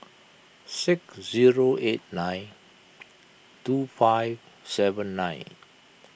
six zero eight nine two five seven nine